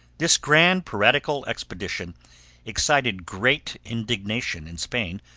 this grand piratical expedition excited great indignation in spain,